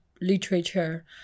literature